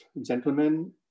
gentlemen